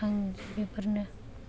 आं बेफोरनो